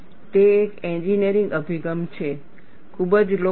તે એક એન્જિનિયરિંગ અભિગમ છે ખૂબ જ લોકપ્રિય